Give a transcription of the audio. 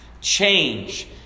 Change